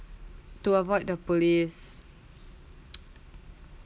to avoid the police